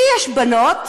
לי יש בנות,